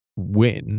Win